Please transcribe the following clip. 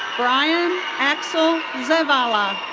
bryan axel zavala.